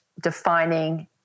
defining